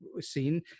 seen